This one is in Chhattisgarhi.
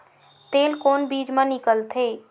तेल कोन बीज मा निकलथे?